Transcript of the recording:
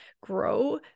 grow